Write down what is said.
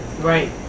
Right